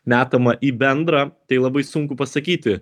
metama į bendrą tai labai sunku pasakyti